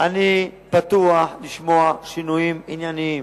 אני פתוח לשמוע שינויים ענייניים.